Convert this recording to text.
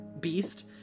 beast